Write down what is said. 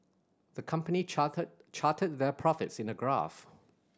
the company charted charted their profits in a graph